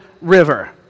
River